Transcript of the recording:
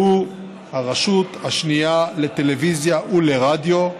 והוא הרשות השנייה לטלוויזיה ולרדיו,